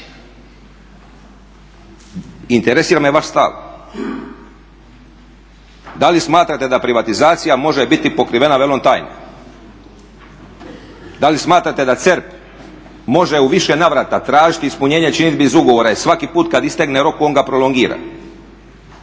Interesira me vaš stav. Da li smatrate da privatizacija može biti pokrivena velom tajne? Da li smatrate da CERP može u više navrata tražit ispunjenje činidbi iz ugovora i svaki put kad istekne rok on ga prolongira?